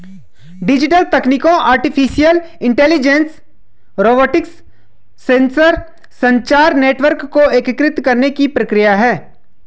digital तकनीकों artificial intelligence, robotics, sensor, संचार network को एकीकृत करने की प्रक्रिया है